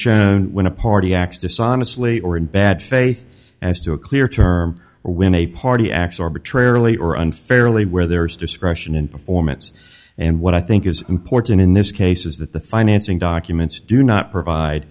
shown when a party acts dishonestly or in bad faith as to a clear term or women a party acts arbitrarily or unfairly where there is discretion in performance and what i think is important in this case is that the financing documents do not provide